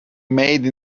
made